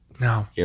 No